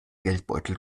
geldbeutel